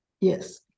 Yes